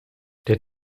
der